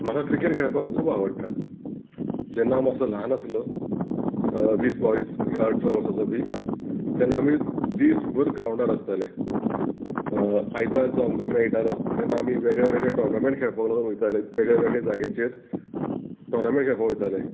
म्हाका क्रिकेट खेळपाक खूब आवडटा जेन्ना हांव असो ल्हान आसलों वीस बावीस अटरा वर्साचो बी तेन्ना आमी दिसभर ग्रावंडार आसताले आयतार जो आमकां मेयटालो तेन्ना आमी वेगळेवेगळे टोर्नामेंट खेळपाक लागून वयताले वेगळेवेगळे जाग्याचेर टोर्नामेंट खेळपाक वयताले